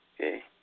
Okay